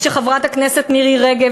כשחברת הכנסת מירי רגב,